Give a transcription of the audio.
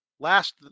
Last